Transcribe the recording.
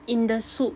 in the SOOP